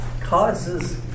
causes